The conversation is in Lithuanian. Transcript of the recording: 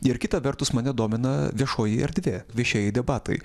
ir kita vertus mane domina viešoji erdvė viešieji debatai